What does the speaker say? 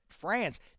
France